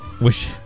wish